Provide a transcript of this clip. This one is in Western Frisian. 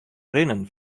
rinnen